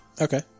Okay